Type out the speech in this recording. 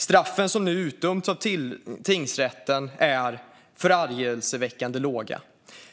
Straffen som nu utdömts av tingsrätten är förargelseväckande låga,